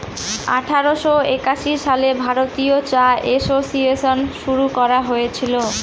আঠারোশো একাশি সালে ভারতীয় চা এসোসিয়েসন শুরু করা হয়েছিল